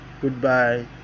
Goodbye